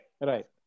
Right